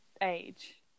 age